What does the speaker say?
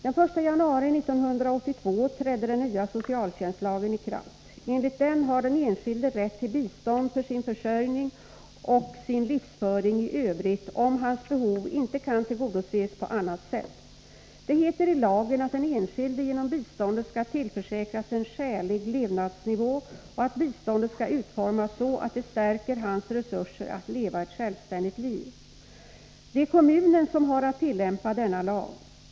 Den 1 januari 1982 trädde den nya socialtjänstlagen i kraft. Enligt den har den enskilde rätt till bistånd för sin försörjning och sin livsföring i övrigt om hans behov inte kan tillgodoses på annat sätt. Det heter i lagen att den enskilde genom biståndet skall tillförsäkras en skälig levnadsnivå och att biståndet skall utformas så att det stärker hans resurser att leva ett självständigt liv. Det är kommunen som har att tillämpa denna lag.